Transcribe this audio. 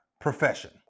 profession